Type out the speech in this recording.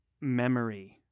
memory